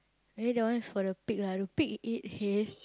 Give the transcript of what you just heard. I think that one is for the pig lah do pig eat hay